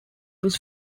his